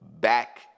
back